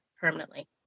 permanently